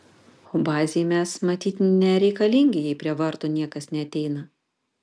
o bazei mes matyt nereikalingi jei prie vartų niekas neateina